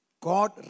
God